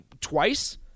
twice